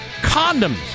condoms